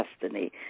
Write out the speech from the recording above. destiny